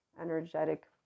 energetic